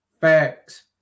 Facts